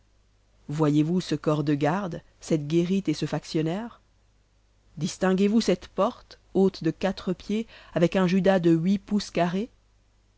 voyez-vous ce corps-de-garde cette guérite et ce factionnaire distinguez vous cette porte haute de quatre pieds avec un judas de huit pouces carrés